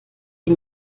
die